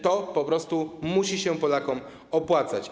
To po prostu musi się Polakom opłacać.